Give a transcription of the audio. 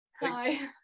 Hi